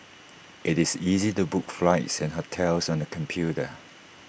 IT is easy to book flights and hotels on the computer